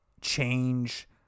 change